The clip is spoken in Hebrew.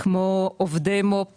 כמו עובדי מו"פ